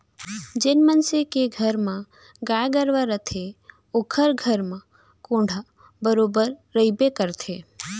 जेन मनसे के घर म गाय गरूवा रथे ओकर घर म कोंढ़ा बरोबर रइबे करथे